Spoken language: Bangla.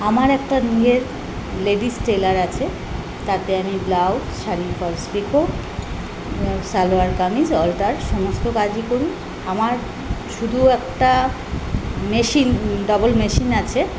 আমার একটা ইয়ে লেডিস টেলার আছে তাতে আমি ব্লাউজ শাড়ির falls pico salwar kameez alter সমস্ত কাজই করি আমার শুধু একটা মেশিন ডবল মেশিন আছে